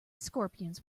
scorpions